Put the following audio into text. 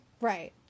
Right